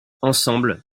ensemble